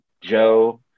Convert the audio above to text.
Joe